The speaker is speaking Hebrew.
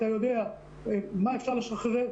אתה יודע מה אפשר לשחרר,